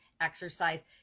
exercise